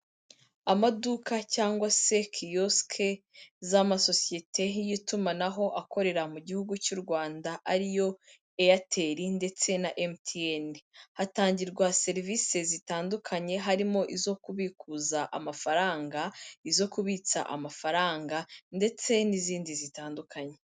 Amaduka cyangwa se kiyosike z'amasosiyete y'itumanaho akorera mu gihugu cy'u Rwanda ariyo AIRTEL ndetse na MTN, hatangirwa serivisi zitandukanye harimo izo kubikuza amafaranga, izo kubitsa amafaranga ndetse n'izindi zitandukanye.